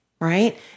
right